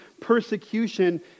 persecution